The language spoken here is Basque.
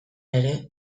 ere